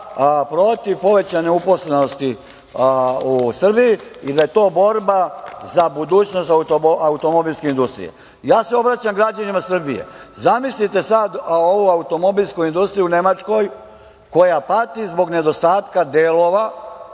protiv povećane uposlenosti u Srbiji i da je to borba za budućnost automobilske industrije. Ja se obraćam građanima Srbije. Zamislite sada ovu automobilsku industriju u Nemačkoj koja pati zbog nedostatka delova,